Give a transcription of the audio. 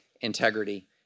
integrity